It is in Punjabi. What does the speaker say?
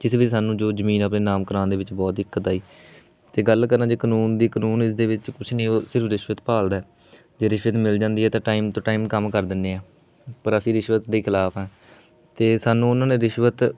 ਜਿਸ ਵਿੱਚ ਸਾਨੂੰ ਜੋ ਜ਼ਮੀਨ ਆਪਣੇ ਨਾਮ ਕਰਵਾਉਣ ਦੇ ਵਿੱਚ ਬਹੁਤ ਦਿੱਕਤ ਆਈ ਅਤੇ ਗੱਲ ਕਰਾਂ ਜੇ ਕਾਨੂੰਨ ਦੀ ਕਾਨੂੰਨ ਇਸਦੇ ਵਿੱਚ ਕੁਛ ਨਹੀਂ ਉਹ ਸਿਰਫ ਰਿਸ਼ਵਤ ਭਾਲਦਾ ਜੇ ਰਿਸ਼ਵਤ ਮਿਲ ਜਾਂਦੀ ਹੈ ਤਾਂ ਟਾਈਮ ਟੂ ਟਾਈਮ ਕੰਮ ਕਰ ਦਿੰਦੇ ਹਾਂ ਪਰ ਅਸੀਂ ਰਿਸ਼ਵਤ ਦੇ ਖਿਲਾਫ ਹਾਂ ਅਤੇ ਸਾਨੂੰ ਉਹਨਾਂ ਨੇ ਰਿਸ਼ਵਤ